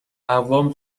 اقوام